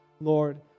Lord